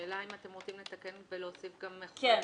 השאלה אם אתם רוצים לתקן ולהוסיף גם חובת דיווח --- כן,